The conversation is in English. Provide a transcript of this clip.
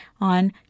on